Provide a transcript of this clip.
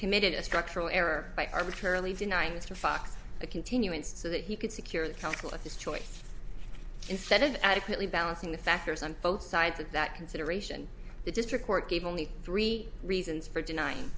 committed a structural error by arbitrarily denying this for fox a continuance so that he could secure the counsel of his choice instead of adequately balancing the factors on both sides of that consideration the district court gave only three reasons for denying